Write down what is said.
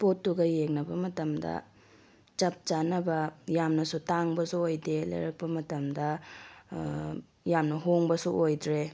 ꯄꯣꯠꯇꯨꯒ ꯌꯦꯡꯅꯕ ꯃꯇꯝꯗ ꯆꯞ ꯆꯥꯅꯕ ꯌꯥꯝꯅꯁꯨ ꯇꯥꯡꯕꯁꯨ ꯑꯣꯏꯗꯦ ꯂꯩꯔꯛꯄ ꯃꯇꯝꯗ ꯌꯥꯝꯅ ꯍꯣꯡꯕꯁꯨ ꯑꯣꯏꯗ꯭ꯔꯦ